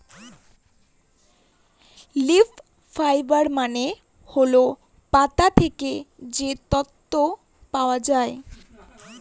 leaf fibre মানে হল পাতা থেকে যে তন্তু পাওয়া যায়